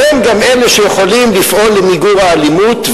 והם גם אלה שיכולים לפעול למיגור האלימות.